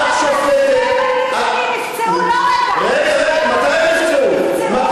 שני הבנים שלי נפצעו, מתי הם נפצעו?